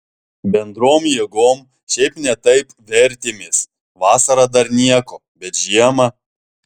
bendrom jėgom šiaip ne taip vertėmės vasarą dar nieko bet žiemą